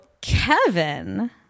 Kevin